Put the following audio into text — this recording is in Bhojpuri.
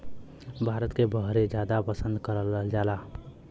भारत के बहरे जादा पसंद कएल जाला